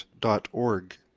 dot org